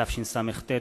ל' בשבט התשס"ט,